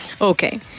Okay